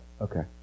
Okay